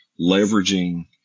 leveraging